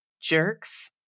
Jerks